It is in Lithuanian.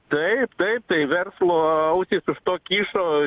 taip taip tai verslo ausys to kyšo